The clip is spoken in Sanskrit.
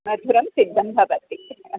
मधुरं सिद्धं भवति